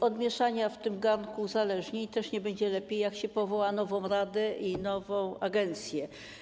Od mieszania w tym garnku uzależnień też nie będzie lepiej, jak się powoła nową radę i nową agencję.